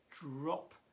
drop